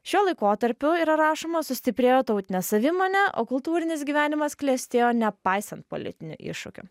šiuo laikotarpiu yra rašoma sustiprėjo tautinė savimonė o kultūrinis gyvenimas klestėjo nepaisant politinių iššūkių